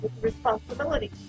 responsibility